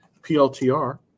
PLTR